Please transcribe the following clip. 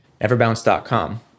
Neverbounce.com